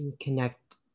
Connect